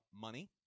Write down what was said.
money